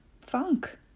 funk